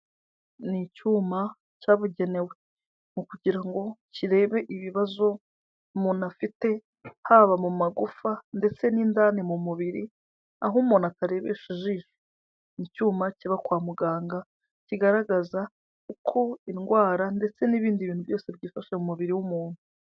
Ni icyuma cyabugenewe mu kugira ngo kirebe ibibazo umuntu afite haba mu magufa ndetse n'indani mu mubiri aho umuntu atarebesha ijisho. Ni icyuma kiba kwa muganga kigaragaza uko indwara ndetse n'ibindi bintu byose byifashe mu mubiri w'umuntu.